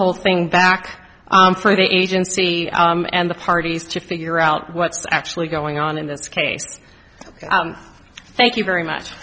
whole thing back for the agency and the parties to figure out what's actually going on in this case thank you very much